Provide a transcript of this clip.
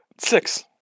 Six